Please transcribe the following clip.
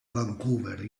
vancouver